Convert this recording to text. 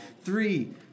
Three